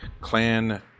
clan